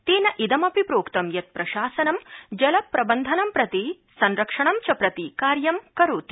तेन इदम् अपि प्रोक्त यत् प्रशासनं जलप्रबंधनम् प्रति संरक्षणं च प्रति कार्यं करोति